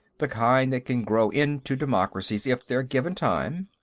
the kind that can grow into democracies, if they're given time.